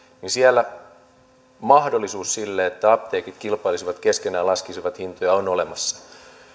niin silloin mahdollisuus siihen että apteekit kilpailisivat keskenään ja laskisivat hintoja on olemassa